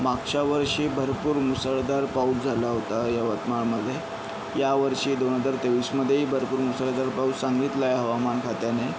मागच्या वर्षी भरपूर मुसळधार पाऊस झाला होता यवतमाळमध्ये या वर्षी दोन हजार तेवीसमध्येही भरपूर मुसळधार पाऊस सांगितला आहे हवामान खात्याने